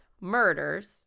murders